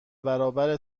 برابر